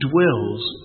dwells